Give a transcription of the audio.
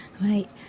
right